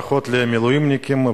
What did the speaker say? ברכות למילואימניקים,